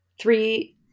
Three